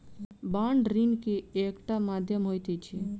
bond ऋण के एकटा माध्यम होइत अछि